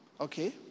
okay